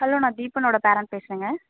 hello நான் தீபனோடய parent பேசுகிறேங்க